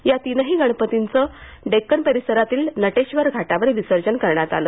या तिनही गणपतींचं डेक्कन परिसरातील नटेश्वर घाटावर विसर्जन करण्यात आलं